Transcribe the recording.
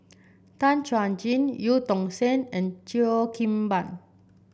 Tan Chuan Jin Eu Tong Sen and Cheo Kim Ban